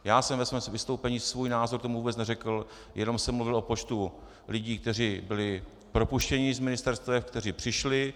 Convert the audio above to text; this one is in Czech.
Já jsem ve svém vystoupení svůj názor k tomu vůbec neřekl, jenom jsem mluvil o počtu lidí, kteří byli propuštěni z ministerstev, kteří přišli.